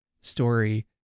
story